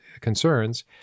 concerns